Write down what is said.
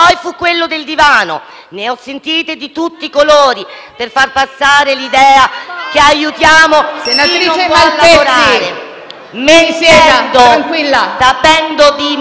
Poi fu la volta del divano: ne ho sentite di tutti i colori per far passare idea che aiutiamo chi non vuol lavorare,